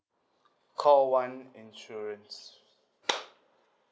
call one insurance